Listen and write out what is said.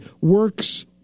works